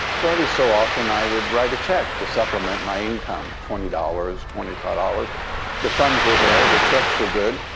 so every so often, i would write a check to supplement my income twenty dollars, twenty five. the funds were there. the checks were good.